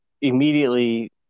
immediately